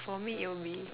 for me it would be